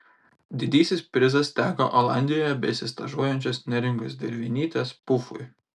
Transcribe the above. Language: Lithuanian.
didysis prizas teko olandijoje besistažuojančios neringos dervinytės pufui